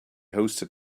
hosted